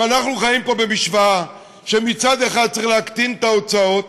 אנחנו חיים פה במשוואה שמצד אחד צריך להקטין את ההוצאות